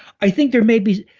i think there may be,